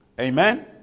Amen